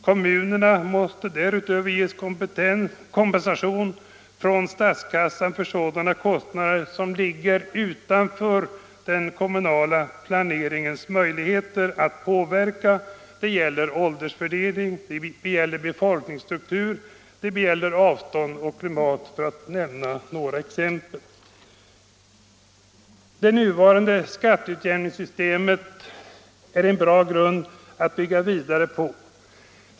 Kommunerna måste därutöver ges kompensation från statskassan för sådana kostnader som det inte är möjligt för kommunerna att påverka. Det gäller kostnader på grund av åldersfördelning och befolkningsstruktur, avstånd och klimat, för att nämna några exempel. Det nuvarande skatteutjämningssystemet är en bra grund att bygga vidare på.